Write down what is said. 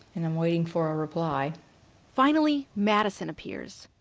and i'm waiting for a reply finally, madison appears.